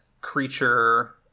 creature